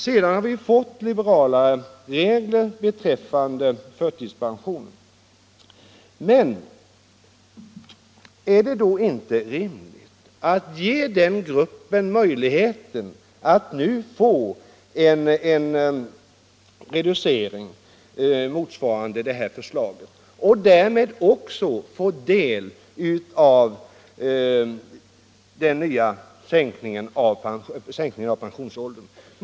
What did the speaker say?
Sedan har vi fått liberalare regler beträffande förtidspension, men är det då inte rimligt att ge dem som gjort förtida uttag möjligheten att nu få pensionen reducerad i enlighet med vårt förslag och därmed också del av den nya sänkningen av pensionsåldern?